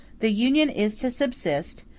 the union is to subsist,